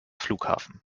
flughafen